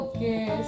Okay